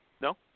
No